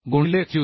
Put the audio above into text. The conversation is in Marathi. गुणिले Qck